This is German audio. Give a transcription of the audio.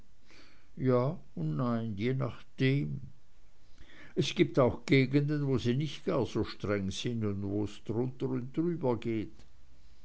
ja und nein je nachdem es gibt auch gegenden wo sie gar nicht streng sind und wo's drunter und drüber geht